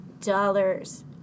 dollars